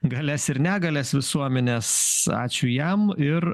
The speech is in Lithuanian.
galias ir negalias visuomenės ačiū jam ir